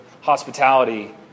hospitality